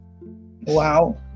Wow